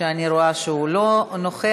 אני רואה שהוא לא נוכח.